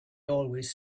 always